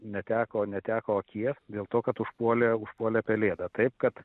neteko neteko akies dėl to kad užpuolė užpuolė pelėda taip kad